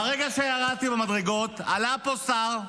מהרגע שירדתי במדרגות, עלה פה שר,